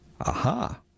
Aha